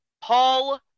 Paul